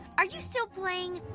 are you still playing.